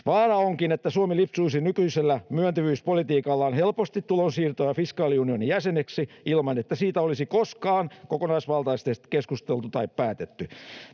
Vaara onkin, että Suomi lipsuisi nykyisellä myöntyvyyspolitiikallaan helposti tulonsiirto- ja fiskaaliunionin jäseneksi ilman, että siitä olisi koskaan kokonaisvaltaisesti keskusteltu tai päätetty.